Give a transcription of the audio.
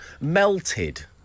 Melted